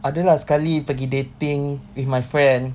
ada lah sekali pergi dating with my friend